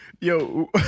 Yo